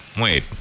Wait